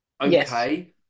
Okay